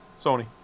Sony